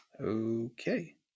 Okay